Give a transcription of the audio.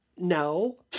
No